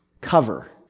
cover